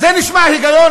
זה נשמע היגיון?